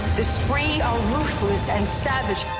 the spree are ruthless and savage.